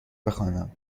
بخوانم